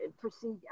proceed